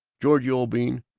georgie, old bean,